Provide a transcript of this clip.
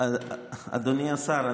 אדוני השר,